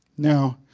now,